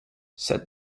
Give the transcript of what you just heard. said